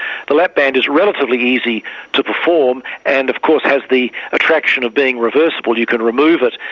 the lap band is relatively easy to perform and of course has the attraction of being reversible, you can remove it.